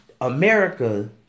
America